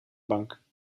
bank